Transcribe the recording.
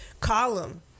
Column